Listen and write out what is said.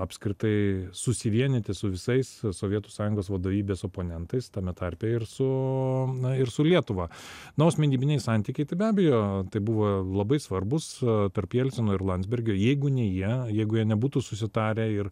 apskritai susivienyti su visais sovietų sąjungos vadovybės oponentais tame tarpe ir su na ir su lietuva na o asmenybiniai santykiai tai be abejo tai buvo labai svarbūs tarp jelcino ir landsbergio jeigu ne jie jeigu jie nebūtų susitarę ir